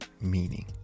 meaning